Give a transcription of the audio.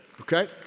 Okay